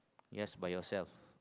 yes by yourself